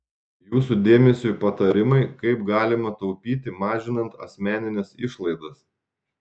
jūsų dėmesiui patarimai kaip galima taupyti mažinant asmenines išlaidas